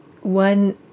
one